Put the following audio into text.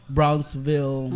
Brownsville